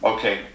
Okay